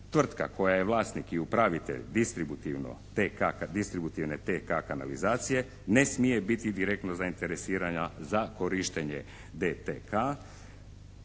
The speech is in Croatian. Tvrtka koja je vlasnik i upravitelj distributivne TK-a kanalizacije ne smije biti direktno zainteresirana za korištenje DTK-a